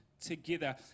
together